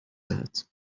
دهد